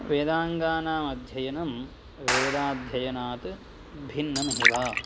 वेदाङ्गानाम् अध्ययनं वेदाध्ययनात् भिन्नमेव